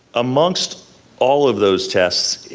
amongst all of those tests,